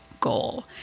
goal